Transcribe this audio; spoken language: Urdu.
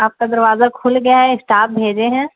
آپ کا دروازہ کھل گیا ہے اسٹاف بھیجے ہیں